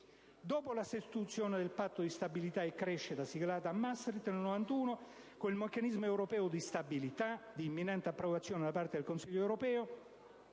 Dopo la sostituzione del Patto di stabilità e crescita siglato a Maastricht nel 1991 con il meccanismo europeo di stabilità (MES) di imminente approvazione da parte del Consiglio europeo